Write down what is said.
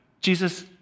Jesus